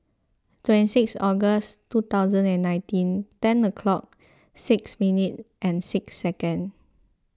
twenty six August two thousand and nineteen ten o'clock six minutes and six seconds